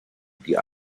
die